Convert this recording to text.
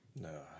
no